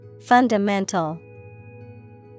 Fundamental